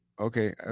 Okay